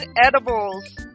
edibles